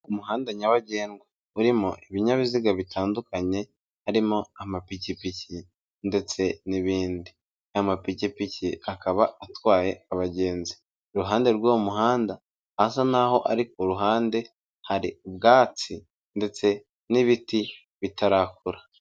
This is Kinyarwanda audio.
Umuhanda nyabagendwa urimo ibinyabiziga bitandukanye, harimo amapikipiki ndetse n'ibindi, amapikipiki akaba atwaye abagenzi, iruhande rw'uwo muhanda hasa n'aho ari ku ruhande, hari ubwatsi ndetse n'ibiti bitarakura.